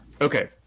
Okay